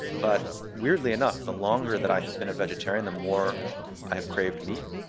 but weirdly enough, the longer that i have been a vegetarian, the more i have craved meat.